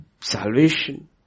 salvation